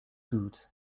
goods